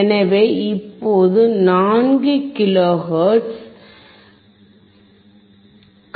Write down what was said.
எனவே இப்போது 4 kilohertz 4 kilohertz ஆகும்